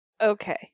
Okay